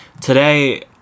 today